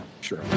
Sure